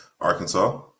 Arkansas